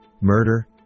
murder